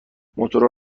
موتورا